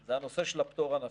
זה הנושא של הפטור הנפשי.